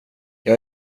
jag